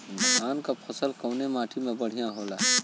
धान क फसल कवने माटी में बढ़ियां होला?